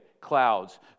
clouds